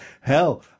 Hell